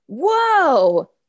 Whoa